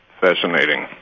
Fascinating